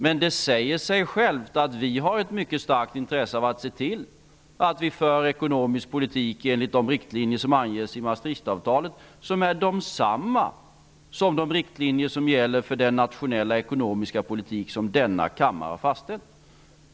Men det säger sig självt att vi har ett mycket starkt intresse av att se till att vi för en ekonomisk politik enligt de riktlinjer som anges i Maastrichtavtalet och som är desamma som de riktlinjer som gäller för den nationella ekonomiska politik som denna kammare har fastställt.